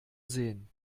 sehen